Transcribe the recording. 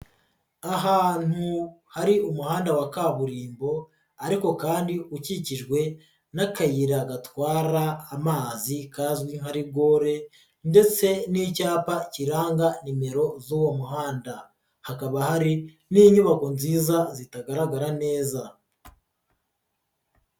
Ahantu hari umuhanda wa kaburimbo ariko kandi ukikijwe n'akayira gatwara amazi kazwi nka rigore ndetse n'icyapa kiranga nimero z'uwo muhanda. Hakaba hari n'inyubako nziza zitagaragara neza.